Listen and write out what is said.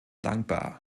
dankbar